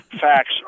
Facts